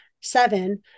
seven